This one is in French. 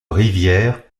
rivière